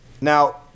Now